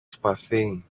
σπαθί